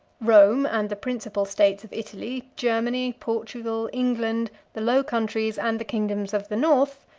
rome and the principal states of italy, germany, portugal, england, the low countries, and the kingdoms of the north,